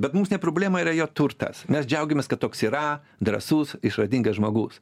bet mums ne problema yra jo turtas mes džiaugiamės kad toks yra drąsus išradingas žmogus